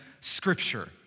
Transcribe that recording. Scripture